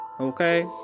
Okay